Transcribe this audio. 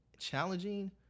challenging